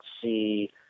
see